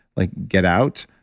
like get out,